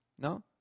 No